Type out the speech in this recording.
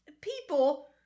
people